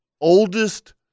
oldest